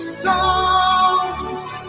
songs